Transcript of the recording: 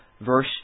verse